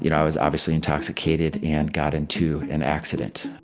you know i was obviously intoxicated and got into an accident.